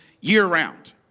year-round